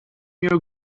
your